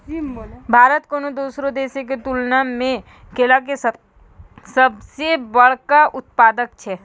भारत कोनो दोसरो देशो के तुलना मे केला के सभ से बड़का उत्पादक छै